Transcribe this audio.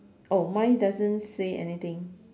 oh mine doesn't say anything